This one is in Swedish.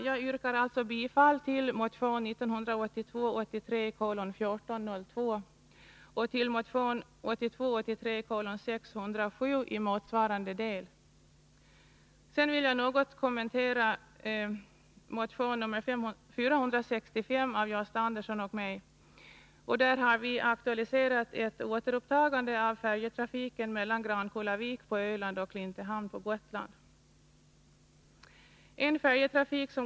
Jag yrkar bifall till motion 1982 83:607 i motsvarande del. Sedan vill jag något kommentera motion 1982/83:465 av Gösta Andersson och mig. Där har vi aktualiserat ett återupptagande av färjetrafiken mellan Grankullavik på Öland och Klintehamn på Gotland.